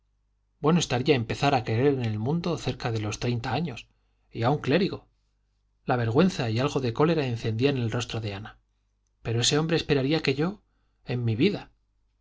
bueno estaría empezar a querer en el mundo cerca de los treinta años y a un clérigo la vergüenza y algo de cólera encendían el rostro de ana pero ese hombre esperaría que yo en mi vida